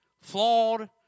flawed